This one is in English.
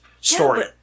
story